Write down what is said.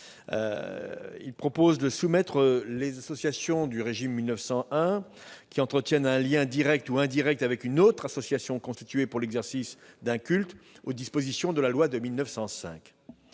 Il vise à soumettre les associations soumises au régime de la loi de 1901 qui entretiennent un lien direct ou indirect avec une autre association constituée pour l'exercice d'un culte aux dispositions de la loi de 1905.